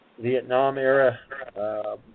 Vietnam-era